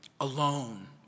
alone